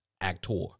actor